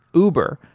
uber,